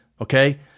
okay